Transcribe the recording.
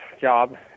job